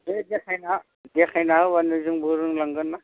है देखायना होबानो जोंबो रोंलांगोन ना